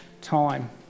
time